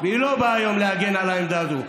והיא לא באה היום להגן על העמדה הזו.